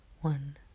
one